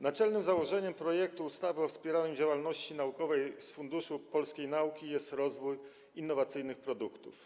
Naczelnym założeniem projektu ustawy o wspieraniu działalności naukowej z Funduszu Polskiej Nauki jest rozwój innowacyjnych produktów.